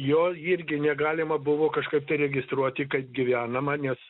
jo irgi negalima buvo kažkaip tai registruoti kaip gyvenamą nes